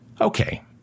Okay